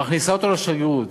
מכניסה אותו לשגרירות,